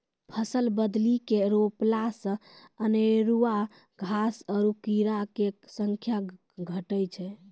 फसल बदली के रोपला से अनेरूआ घास आरु कीड़ो के संख्या घटै छै